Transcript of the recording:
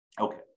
okay